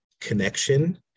connection